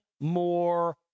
more